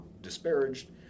disparaged